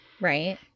Right